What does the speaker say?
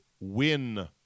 win